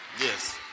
Yes